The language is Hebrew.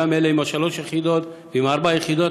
גם אלה עם שלוש היחידות ועם ארבע היחידות,